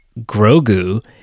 Grogu